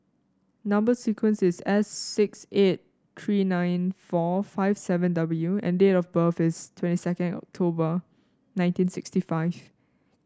number sequence is S six eight three nine four five seven W and date of birth is twenty second October nineteen sixty five